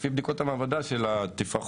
לפי בדיקות המעבדה של התפרחות,